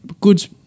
Goods